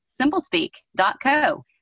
simplespeak.co